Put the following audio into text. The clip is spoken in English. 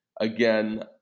Again